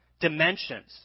dimensions